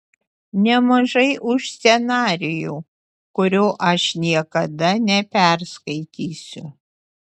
nemažai už scenarijų kurio aš niekada neperskaitysiu